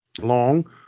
long